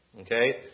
okay